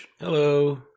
Hello